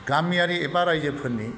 गामियारि एबा रायजोफोरनि